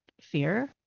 fear